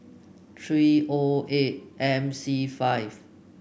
three O eight M C five